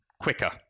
quicker